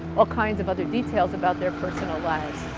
all kinds of other details about their personal lives.